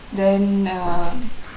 then uh